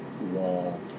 wall